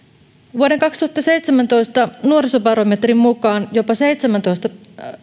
vuoden kaksituhattaseitsemäntoista nuorisobarometrin mukaan jopa seitsemäntoista